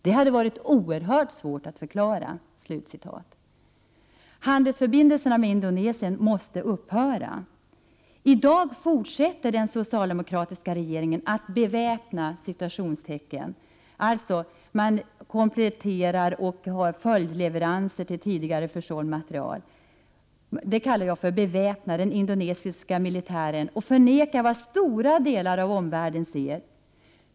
Det hade varit oerhört svårt att förklara.” Handelsförbindelserna med Indonesien måste upphöra. I dag fortsätter den socialdemokratiska regeringen att ”beväpna” den indonesiska militären, man kompletterar och genomför följdleveranser till tidigare försåld materiel, och man förnekar vad stora delar av omvärlden ser.